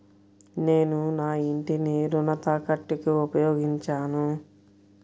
నేను నా ఇంటిని రుణ తాకట్టుకి ఉపయోగించాను